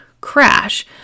crash